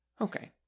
Okay